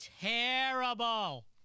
Terrible